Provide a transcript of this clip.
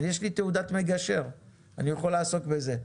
יש לי תעודת מגשר ואני יכול לעסוק בזה.